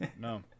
No